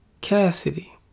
Cassidy